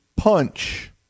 punch